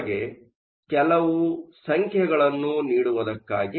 ನಿಮಗೆ ಕೆಲವು ಸಂಖ್ಯೆಗಳನ್ನು ನೀಡುವುದಕ್ಕಾಗಿ